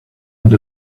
and